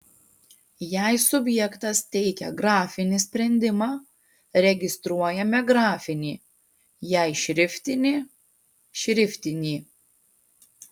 jei subjektas teikia grafinį sprendimą registruojame grafinį jei šriftinį šriftinį